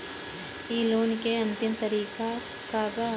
इ लोन के अन्तिम तारीख का बा?